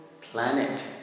planet